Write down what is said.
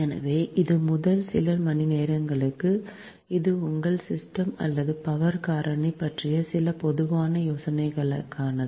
எனவே இது முதல் சில மணிநேரங்களுக்கு இது உங்கள் சிஸ்டம் அல்லது பவர் காரணி பற்றிய சில பொதுவான யோசனைகளுக்கானது